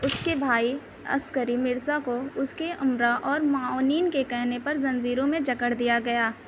اس کے بھائی عسکری مرزا کو اس کے امرا اور معاونین کے کہنے پر زنجیروں میں جکڑ دیا گیا